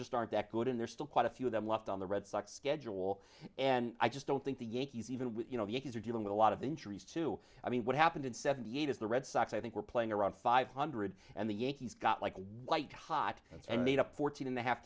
just aren't that good and there's still quite a few of them left on the red sox schedule and i just don't think the yankees even you know the kids are dealing with a lot of injuries to i mean what happened in seventy eight at the red sox i think we're playing around five hundred and the yankees got like white hot and made a fortune in the half